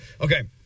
Okay